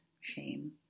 shame